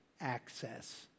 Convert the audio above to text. access